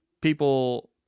people